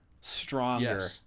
stronger